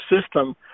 system